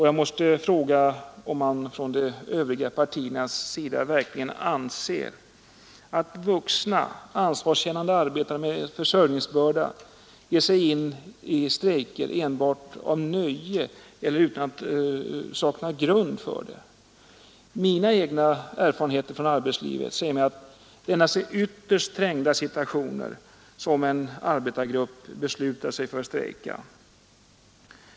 Jag måste fråga om man från de övriga partiernas sida verkligen anser att vuxna, ansvarskännande arbetare med försörjningsbörda ger sig in i strejker enbart för nöjes skull eller utan att ha grund för det. Mina egna erfarenheter från arbetslivet säger mig att det endast är i ytterst trängda situationer som en arbetargrupp beslutar sig för att strejka.